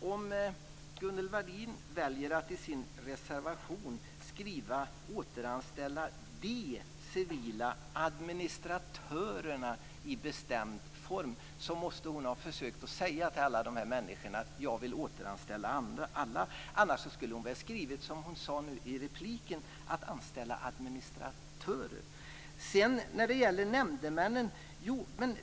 Om Gunnel Wallin väljer att i sitt särskilda yttrande skriva "återanställa de civilanställda administratörerna" i bestämd form måste hon ha försökt säga till alla de här människorna: Jag vill återanställa alla. Annars skulle hon väl ha skrivit som hon sade nu i repliken: anställa administratörer. Sedan gällde det nämndemännen.